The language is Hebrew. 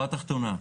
תחתונה,